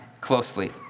closely